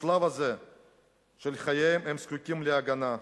בשלב הזה של חייהם הם זקוקים להגנה,